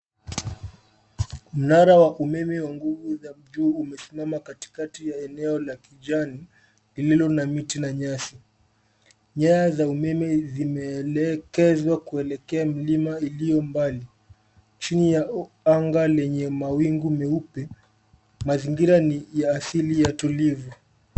Mnara wa umeme wa nguvu za juu umesimama katikati ya eneo la kijani, lililo na miti na nyasi. Nyaya za umeme zimeelekezwa kuelekea mlima iliyo mbali. Chini ya anga lenye mawingu meupe, mazingira ni ya asili ya utulivu.